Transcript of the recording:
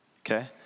okay